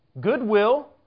goodwill